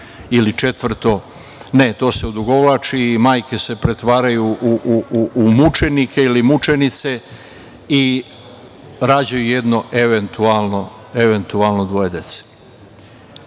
ili četvrto. Ne, to se odugovlači i majke se pretvaraju u mučenike ili mučenice i rađaju jedno, eventualno dvoje dece.